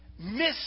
miss